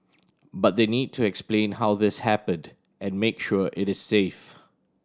but they need to explain how this happened and make sure it is safe